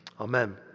Amen